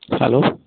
hello